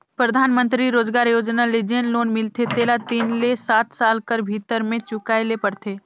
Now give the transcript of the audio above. परधानमंतरी रोजगार योजना ले जेन लोन मिलथे तेला तीन ले सात साल कर भीतर में चुकाए ले परथे